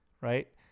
right